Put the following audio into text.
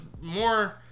more